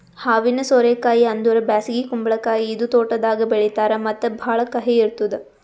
ಹಾವಿನ ಸೋರೆ ಕಾಯಿ ಅಂದುರ್ ಬ್ಯಾಸಗಿ ಕುಂಬಳಕಾಯಿ ಇದು ತೋಟದಾಗ್ ಬೆಳೀತಾರ್ ಮತ್ತ ಭಾಳ ಕಹಿ ಇರ್ತುದ್